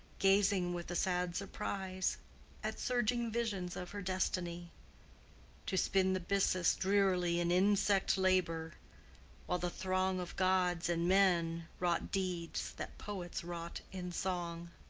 gazing with a sad surprise at surging visions of her destiny to spin the byssus drearily in insect-labor, while the throng of gods and men wrought deeds that poets wrought in song.